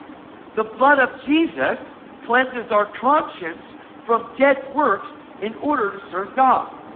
the blood of jesus cleanses our conscience from dead works in order to serve god.